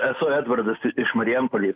esu edvardas iš marijampolės